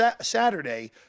Saturday